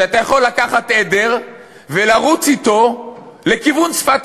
אתה יכול לקחת עדר ולרוץ אתו לכיוון שפת